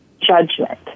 judgment